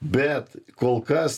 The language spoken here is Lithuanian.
bet kol kas